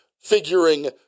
figuring